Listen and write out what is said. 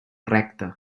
recte